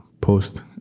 post